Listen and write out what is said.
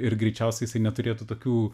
ir greičiausiai jisai neturėtų tokių